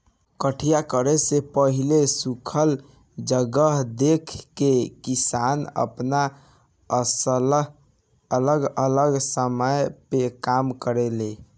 कटिया करे से पहिले सुखल जगह देख के किसान आपन अलग अलग समय पर काम करेले